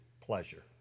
pleasure